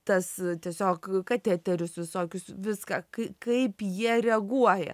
tas tiesiog kateterius visokius viską kai kaip jie reaguoja